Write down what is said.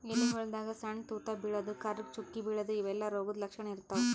ಎಲಿಗೊಳ್ದಾಗ್ ಸಣ್ಣ್ ತೂತಾ ಬೀಳದು, ಕರ್ರಗ್ ಚುಕ್ಕಿ ಬೀಳದು ಇವೆಲ್ಲಾ ರೋಗದ್ ಲಕ್ಷಣ್ ಇರ್ತವ್